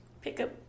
pickup